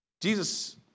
Jesus